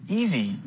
easy